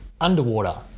underwater